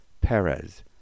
Perez